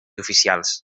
oficials